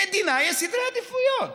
למדינה יש סדרי עדיפויות.